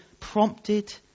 prompted